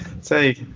say